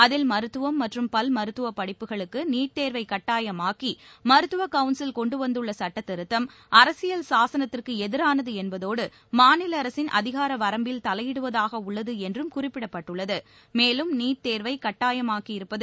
அதில் மருத்துவம் மற்றும் பல் மருத்துவப் படிப்புகளுக்கு நீட் தேர்வை கட்டாயமாக்கி மருத்துவக் கவுன்சில் கொண்டு வந்துள்ள சுட்டத்திருத்தம் அரசியல் சாசனத்திற்கு எதிரானது என்பதோடு மாநில அரசின் அதிகார வரம்பில் தலையிடுவதாக உள்ளது என்றும் குறிப்பிடப்பட்டுள்ளது மேலும் நீட் தேர்வைக் கட்டாயமாக்கியிருப்பது